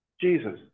Jesus